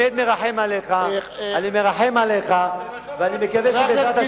ואתה תמשיך עם הצביעות שלך,